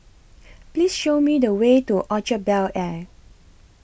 Please Show Me The Way to Orchard Bel Air